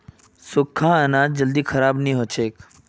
सुख्खा अनाज जल्दी खराब नी हछेक